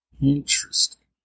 Interesting